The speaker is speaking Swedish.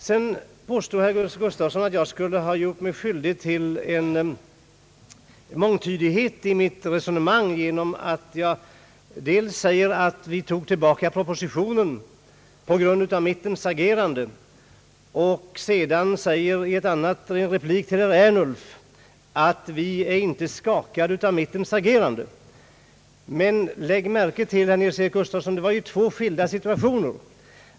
Herr Gustafsson påstod också, att jag skulle ha gjort mig skyldig till mångtydighet i mitt resonemang genom att jag dels sade, att vi tog tillbaka propositionen på grund av mittenpartiernas agerande, och dels därefter i replik till herr Ernulf sade, att vi inte var skakade av mittens agerande. Men lägg märke till, herr Nils-Eric Gustafsson, att det gällde två skilda situationer.